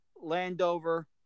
Landover